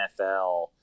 NFL